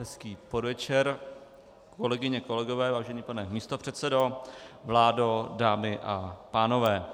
Hezký podvečer, kolegyně, kolegové, vážený pane místopředsedo, vládo, dámy a pánové.